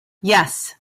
yes